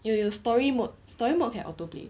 有有 story mode story mode can auto play